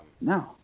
No